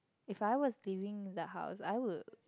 if I was leaving the house I would